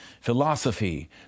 Philosophy